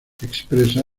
expresa